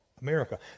America